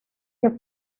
que